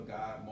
God